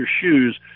shoes